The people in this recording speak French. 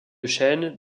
chênes